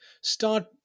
start